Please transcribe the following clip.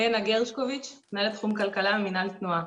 לנה גרשוקיץ, מנהלת תחום כלכלה, מנהל תנועה.